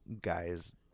guys